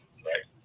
right